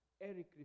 Eric